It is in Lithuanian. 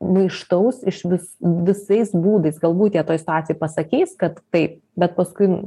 maištaus išvis visais būdais galbūt jie toje situacijoj pasakys kad taip bet paskui